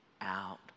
out